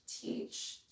teach